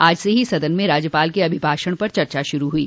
आज से ही सदन में राज्यपाल के अभिभाषण पर चर्चा शुरू हुइ